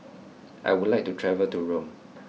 I would like to travel to Rome